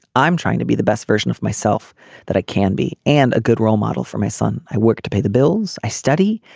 i'm trying to be the best version of myself that i can be and a good role model for my son. i work to pay the bills i study.